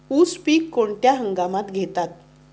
उसाचे पीक कोणत्या हंगामात घेतात?